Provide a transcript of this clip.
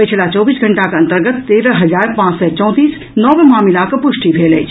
पछिला चौबीस घंटाक अन्तर्गत तेरह हजार पांच सय चौंतीस नव मामिलाक प्रष्टि भेल अछि